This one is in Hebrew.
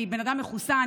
אני אדם מחוסן.